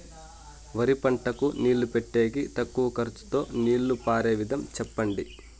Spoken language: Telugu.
వరి పంటకు నీళ్లు పెట్టేకి తక్కువ ఖర్చుతో నీళ్లు పారే విధం చెప్పండి?